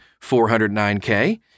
409K